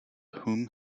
whom